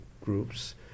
groups